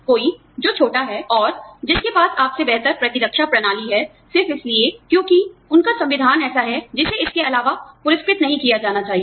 कोई जो छोटा है और जिसके पास आपसे बेहतर प्रतिरक्षा प्रणाली है सिर्फ इसलिए क्योंकि उनका संविधान ऐसा है जिसे इसके अलावा पुरस्कृत नहीं किया जाना चाहिए